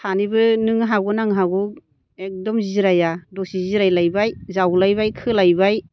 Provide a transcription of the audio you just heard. सानैबो नों हागौ ना आं हागौ एकदम जिराया दसे जिरायलायबाय जावलायबाय खोलायबाय